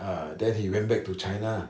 uh then he went back to china